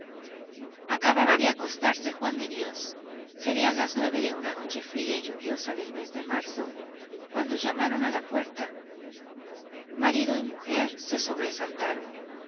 acababa de acostarse juan de dios serían las nueve de una noche fría y lluviosa del mes de marzo cuando llamaron a la puerta marido y mujer se sobresaltaron